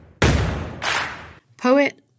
Poet